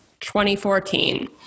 2014